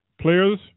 players